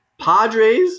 Padres